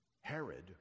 Herod